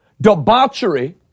debauchery